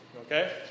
Okay